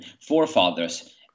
forefathers